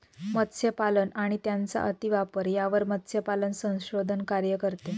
मत्स्यपालन आणि त्यांचा अतिवापर यावर मत्स्यपालन संशोधन कार्य करते